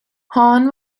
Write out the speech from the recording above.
hann